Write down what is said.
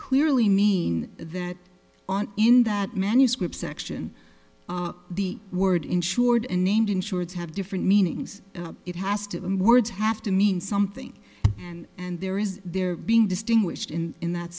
clearly mean that on in that manuscript section the word insured and named insurance have different meanings it has to them words have to mean something and and there is there being distinguished in in that